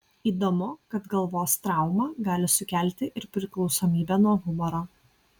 įdomu kad galvos trauma gali sukelti ir priklausomybę nuo humoro